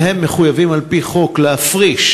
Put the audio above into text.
אבל הם מחויבים, על-פי חוק, להפריש